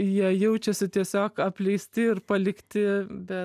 jie jaučiasi tiesiog apleisti ir palikti be